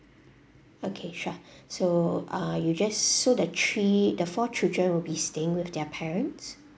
okay sure so ah you just so that three the four children will be staying with their parents